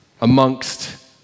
amongst